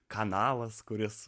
kanalas kuris